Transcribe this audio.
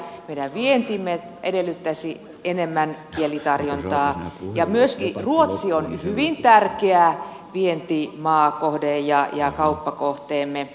meidän vientimme edellyttäisi enemmän kielitarjontaa ja myöskin ruotsi on hyvin tärkeä vientimaakohde ja kauppakohteemme